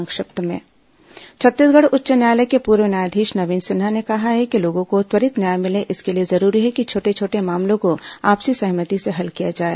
संक्षिप्त समाचार छत्तीसगढ़ उच्च न्यायालय के पूर्व न्यायाधीश नवीन सिन्हा ने कहा है कि लोगों को त्वरित न्याय मिले इसके लिए जरूरी है कि छोटे छोटे मामलों को आपसी सहमति से हल किया जाए